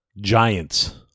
Giants